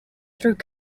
through